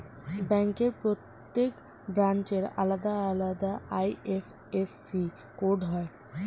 ব্যাংকের প্রত্যেক ব্রাঞ্চের আলাদা আলাদা আই.এফ.এস.সি কোড হয়